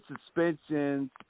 suspensions